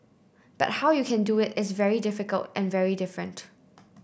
but how you can do it is very difficult and very different